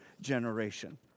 generation